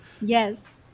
Yes